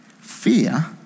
fear